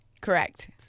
Correct